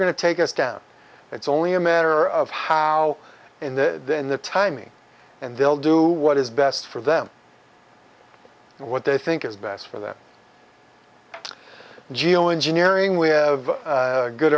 going to take us down it's only a matter of how in the in the timing and they'll do what is best for them and what they think is best for their geoengineering we have a good